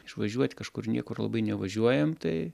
išvažiuot kažkur niekur labai nevažiuojam tai